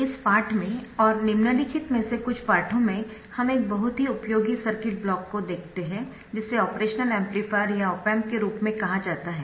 इस पाठ में और निम्नलिखित में से कुछ पाठों में हम एक बहुत ही उपयोगी सर्किट ब्लॉक को देखते है जिसे ऑपरेशनल एम्पलीफायर या ऑप एम्प के रूप कहा जाता है